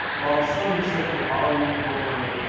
while some certainly are more